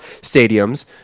stadiums